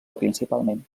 principalment